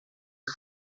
que